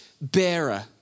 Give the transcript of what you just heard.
bearer